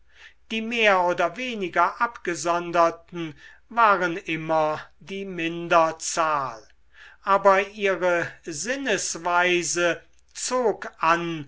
die mehr oder weniger abgesonderten waren immer die minderzahl aber ihre sinnesweise zog an